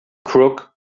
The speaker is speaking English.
crook